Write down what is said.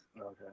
Okay